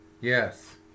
yes